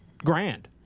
Grand